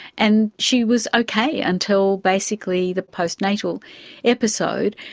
and she was okay until basically the postnatal episode.